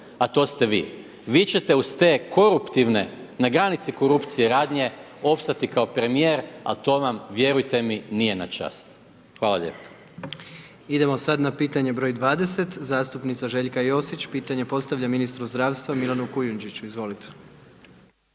a to ste vi. Vi ćete uz te koruptivne, na granici korupcije radnje opstati kao premijer, ali to vam vjerujte mi nije na čast. Hvala lijepa. **Jandroković, Gordan (HDZ)** Idemo sad na pitanje broj 20. Zastupnica Željka Josić pitanje postavlja ministru zdravstva Milanu Kujundžiću, izvolite.